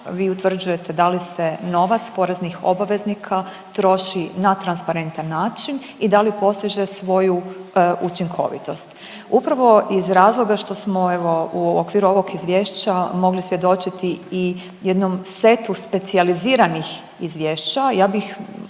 vi utvrđujete da li se novac poreznih obveznika troši na transparentan način i da li postiže svoju učinkovitost. Upravo iz razloga što smo evo u okviru ovog izvješća mogli svjedočiti i jednom setu specijaliziranih izvješća ja bih